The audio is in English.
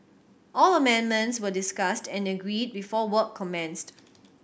all amendments were discussed and agreed before work commenced